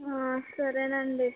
సరేనండి